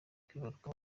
kwibaruka